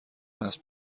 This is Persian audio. اسب